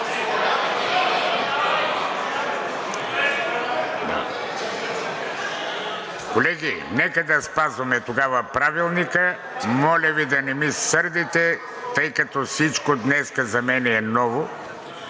Колеги, нека да спазваме тогава Правилника. Моля Ви да не ми се сърдите, тъй като всичко днес за мен е ново